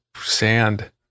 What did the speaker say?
sand